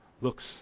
looks